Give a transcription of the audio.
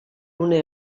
une